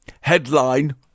Headline